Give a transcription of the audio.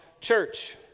church